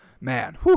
man